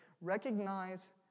Recognize